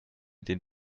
den